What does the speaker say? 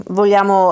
vogliamo